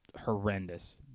horrendous